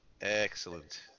Excellent